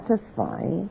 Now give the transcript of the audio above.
satisfy